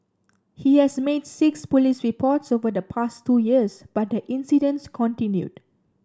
he has made six police reports over the past two years but the incidents continued